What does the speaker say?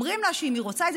אומרים לה שאם היא רוצה את זה,